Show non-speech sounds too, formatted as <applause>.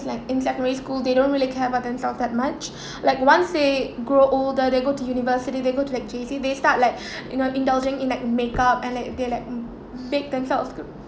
like in secondary school they don't really care about themselves that much <breath> like once they grow older they go to university they go to like J_C they start like <breath> you know indulging in like make up and like they like make themselves